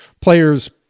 players